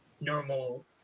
Normal